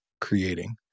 creating